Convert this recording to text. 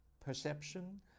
perception